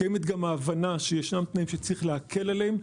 קיימת גם הבנה שישנם תנאים שצריך להקל עליהם.